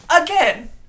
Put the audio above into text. again